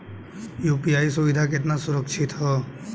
UPI सुविधा केतना सुरक्षित ह?